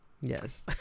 Yes